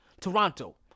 Toronto